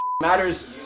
matters